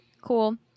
cool